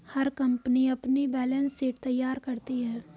हर company अपनी balance sheet तैयार करती है